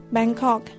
Bangkok